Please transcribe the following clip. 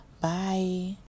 Bye